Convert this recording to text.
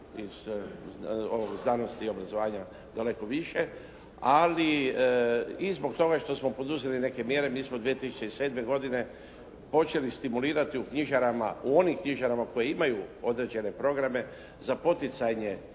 znanosti i obrazovanja daleko više. Ali i zbog toga što smo poduzeli neke mjere, mi smo 2007. godine počeli stimulirati u knjižarama, u onim knjižarama koje imaju određene programe za poticanje,